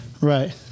Right